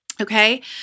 Okay